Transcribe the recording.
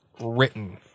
written